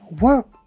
work